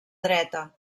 dreta